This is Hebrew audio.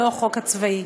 ולא החוק הצבאי.